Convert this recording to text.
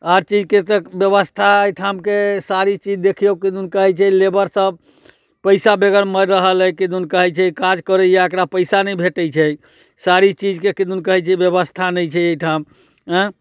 आओर चीजके तऽ व्यवस्था एहिठामके सारी चीज देखियो किदन कहै छै लेबर सभ पैसा बगैर मरि रहल अछि किदन कहै छै काज करैये एकरा पैसा नहि भेटै छै सारी चीजके किदन कहै छै व्यवस्था नै छै एहिठाम एँ